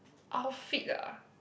outfit ah